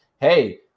hey